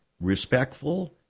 respectful